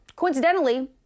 Coincidentally